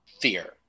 fear